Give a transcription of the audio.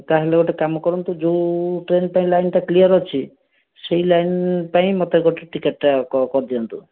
ତା'ହେଲେ ଗୋଟିଏ କାମ କରନ୍ତୁ ଯେଉଁ ଟ୍ରେନଟା ଲାଇନ କ୍ଲିୟର ଅଛି ସେଇ ଲାଇନ ପାଇଁ ମୋତେ ଗୋଟିଏ ଟିକେଟଟା କରିଦିଅନ୍ତୁ